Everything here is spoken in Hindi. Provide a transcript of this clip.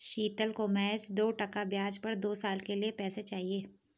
शीतल को महज दो टका ब्याज पर दो साल के लिए पैसे चाहिए